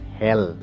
hell